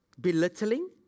belittling